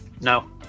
No